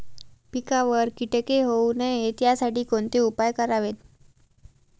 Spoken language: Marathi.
पिकावर किटके होऊ नयेत यासाठी कोणते उपाय करावेत?